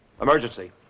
Emergency